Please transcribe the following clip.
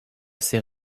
ces